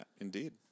Indeed